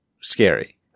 scary